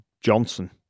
Johnson